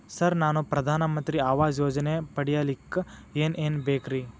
Sir ನಾನು ಪ್ರಧಾನ ಮಂತ್ರಿ ಆವಾಸ್ ಯೋಜನೆ ಪಡಿಯಲ್ಲಿಕ್ಕ್ ಏನ್ ಏನ್ ಬೇಕ್ರಿ?